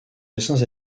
dessins